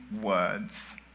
words